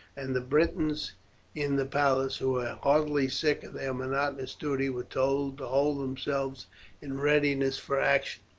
and the britons in the palace, who were heartily sick of their monotonous duty, were told to hold themselves in readiness for action.